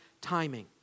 timing